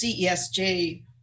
CESJ